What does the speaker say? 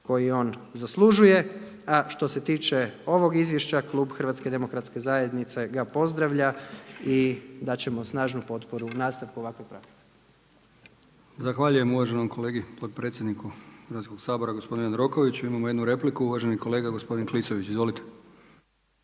koji on zaslužuje. A što se tiče ovog izvješća klub HDZ-a ga pozdravlja i dat ćemo snažnu potporu nastavku ovakve prakse. **Brkić, Milijan (HDZ)** Zahvaljujem uvaženom kolegi potpredsjedniku Hrvatskog sabora gospodinu Jandrokoviću. Imamo jednu repliku, uvaženi kolega gospodin Klisović. Izvolite.